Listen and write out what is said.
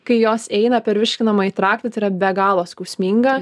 kai jos eina per virškinamąjį traktą tai yra be galo skausminga